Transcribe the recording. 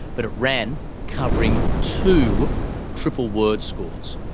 but it ran covering two triple-word scores.